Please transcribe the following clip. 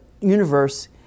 universe